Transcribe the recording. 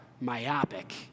myopic